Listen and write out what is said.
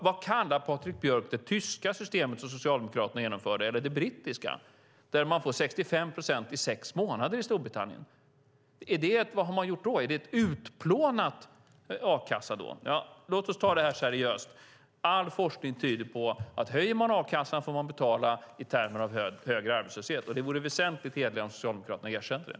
Vad kallar Patrik Björck det tyska system Socialdemokraterna genomförde, eller det brittiska? Man får 65 procent i sex månader i Storbritannien. Vad har man gjort då? Är det en utplånad a-kassa då? Låt oss ta detta seriöst! All forskning tyder på att man om man höjer a-kassan får betala i termer av högre arbetslöshet. Det vore väsentligt hederligare om Socialdemokraterna erkände det.